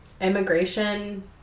immigration